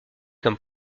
comme